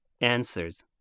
answers